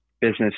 business